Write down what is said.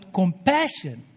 compassion